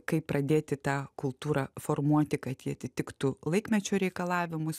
kaip pradėti tą kultūrą formuoti kad ji atitiktų laikmečio reikalavimus